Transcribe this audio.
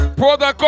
Brother